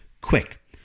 Quick